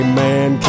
man